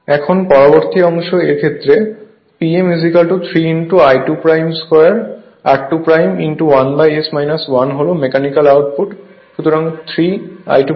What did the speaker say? এখন পরবর্তী অংশ এর ক্ষেত্রে P m 3 I2 2 r2 1S 1 হল মেকানিকাল আউটপুট